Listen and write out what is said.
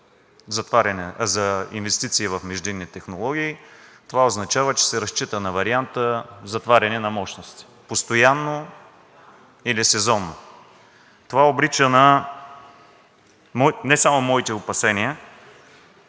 за инвестиции в междинни технологии, това означава, че се разчита на варианта затваряне на мощности – постоянно или сезонно. Не само моите опасения,